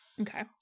Okay